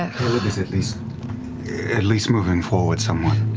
is at least at least moving forward somewhat.